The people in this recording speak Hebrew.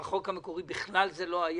בחוק המקורי זה בכלל לא היה.